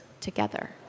together